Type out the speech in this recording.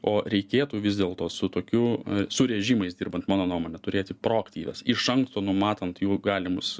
o reikėtų vis dėlto su tokiu su režimais dirbant mano nuomone turėti proaktyvias iš anksto numatant jų galimus